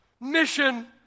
Mission